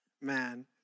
Man